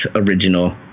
original